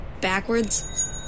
backwards